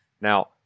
Now